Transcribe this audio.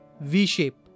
V-shape